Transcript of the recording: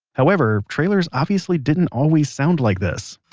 however, trailers obviously didn't always sound like this.